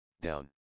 down